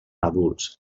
adults